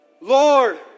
Lord